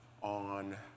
on